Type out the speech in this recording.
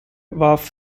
warf